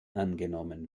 angenommen